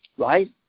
Right